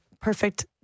perfect